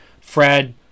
Fred